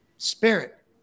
Spirit